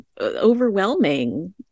overwhelming